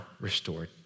restored